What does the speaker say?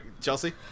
Chelsea